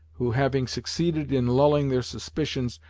who having succeeded in lulling their suspicions,